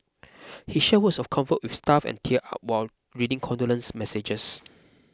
he shared words of comfort with staff and teared up while reading condolence messages